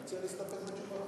אני מציע להסתפק בתשובתי.